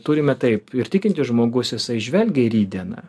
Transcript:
turime taip ir tikintis žmogus jisai žvelgia į rytdieną